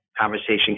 conversation